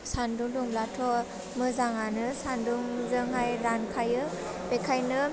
सान्दुं दुब्लाथ' मोजांआनो सान्दुंजोंहाइ रानखायो बेखाइनो